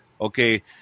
Okay